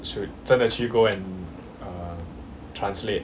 should 真的去 go and translate